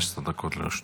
בבקשה, 15 דקות לרשותך.